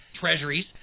treasuries